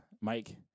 Mike